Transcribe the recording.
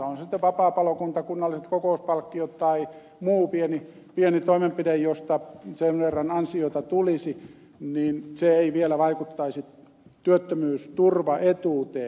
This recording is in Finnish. on se sitten vapaapalokunta kunnalliset kokouspalkkiot tai muu pieni toimenpide josta sen verran ansiota tulisi niin se ei vielä vaikuttaisi työttömyysturvaetuuteen